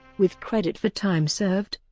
with credit for time served,